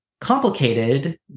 complicated